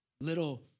Little